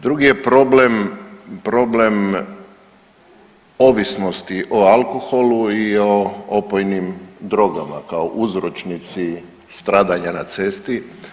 Drugi je problem, problem ovisnosti o alkoholu i o opojnim drogama kao uzročnici stradanja na cesti.